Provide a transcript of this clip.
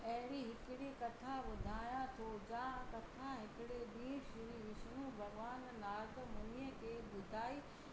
अहिड़ी हिकड़ी कथा ॿुधायां थो जा कथा हिकिड़े ॾींहुं श्री विष्नु भॻिवान नारद मुनीअ खे ॿुधाई